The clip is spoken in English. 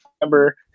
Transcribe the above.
remember